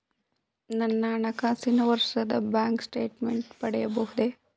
ನನ್ನ ಹಣಕಾಸಿನ ವರ್ಷದ ಬ್ಯಾಂಕ್ ಸ್ಟೇಟ್ಮೆಂಟ್ ಪಡೆಯಬಹುದೇ?